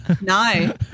No